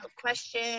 question